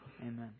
Amen